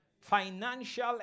financial